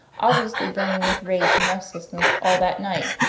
obviously burning with rage and restlessness all that night,